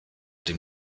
dem